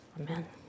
Amen